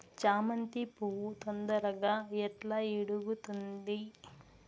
చామంతి పువ్వు తొందరగా ఎట్లా ఇడుగుతుంది?